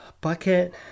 bucket